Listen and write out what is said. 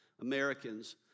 Americans